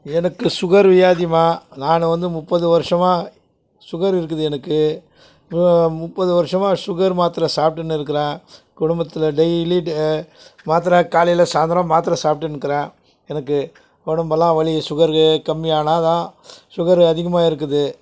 எனக்கு சுகர் வியாதிம்மா நான் வந்து முப்பது வர்ஷமாக சுகர் இருக்குது எனக்கு முப்பது வர்ஷமாக சுகர் மாத்தரை சாப்பிடுன்னு இருக்குறன் குடும்பத்தில் டெய்லி டெ மாத்தரை காலையில் சாந்ரம் மாத்தரை சாப்பிடுன்னு இருக்குறேன் எனக்கு உடம்புலான் வலி சுகரு கம்மியானா தான் சுகரு அதிகமாக இருக்குது